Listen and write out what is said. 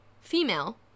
female